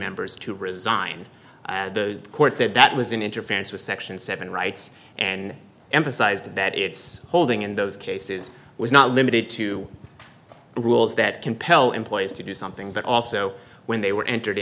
members to resign the court said that was an interference with section seven rights and emphasized that its holding in those cases was not limited to rules that compel employees to do something but also when they were entered